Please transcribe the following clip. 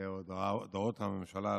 הודעות הממשלה,